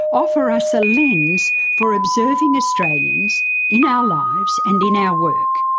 offer us a lens for observing australians in our lives and in our work.